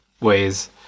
ways